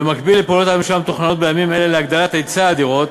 במקביל לפעולות הממשלה המתוכננות בימים אלה להגדלת היצע הדירות,